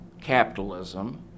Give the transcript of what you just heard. capitalism